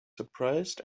surprised